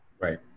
Right